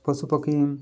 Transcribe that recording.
ପଶୁପକ୍ଷୀ